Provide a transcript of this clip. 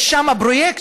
יש שם פרויקט